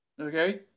Okay